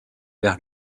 vers